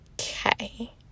Okay